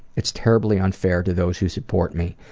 it's terribly unfair to those who support me,